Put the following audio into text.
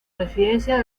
residencia